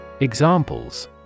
Examples